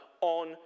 on